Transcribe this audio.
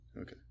Okay